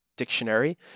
Dictionary